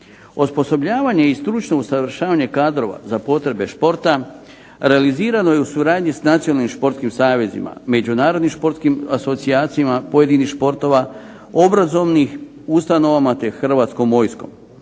Osposobljavanje i stručno usavršavanje kadrova za potrebe športa realizirano je u suradnji s međunarodnim športskim savezima, međunarodnim športskim asocijacijama pojedinih športova, obrazovnih ustanova te Hrvatskom vojskom.